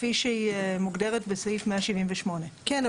כפי שהוא מוגדרת בסעיף 178. כן,